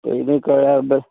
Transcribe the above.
पयलीं कळ्यार बरें